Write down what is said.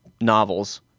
novels